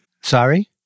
Sorry